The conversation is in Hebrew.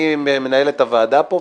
אני מנהל את הוועדה פה,